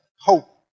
hope